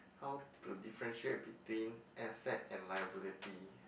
how to differentiate between asset and liability